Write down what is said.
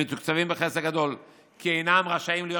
הם מתוקצבים בחסר גדול כי אינם רשאים להיות